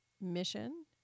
mission